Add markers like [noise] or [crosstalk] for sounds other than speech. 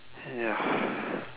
ya [breath]